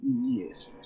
Yes